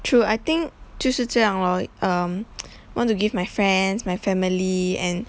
through I think 就是这样 lor um want to give my friends my family and